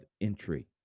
entry